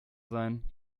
sein